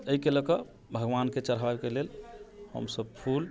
अइ के लऽ कऽ भगवानके चढ़ाबैके लेल हमसब फूल